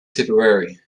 tipperary